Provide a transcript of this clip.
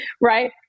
right